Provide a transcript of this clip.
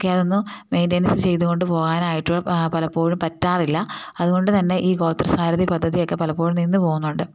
ഒക്കെ അതൊന്നും മെയിൻ്റൈനൻസ് ചെയ്തുകൊണ്ടു പോവാനായിട്ടോ പലപ്പോഴും പറ്റാറില്ല അതുകൊണ്ട് തന്നെ ഈ ഗോത്രസാരഥി പദ്ധതിയൊക്കെ പലപ്പോഴും നിന്നു പോകുന്നുണ്ട്